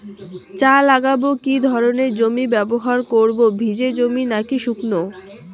চা লাগাবো কি ধরনের জমি ব্যবহার করব ভিজে জমি নাকি শুকনো?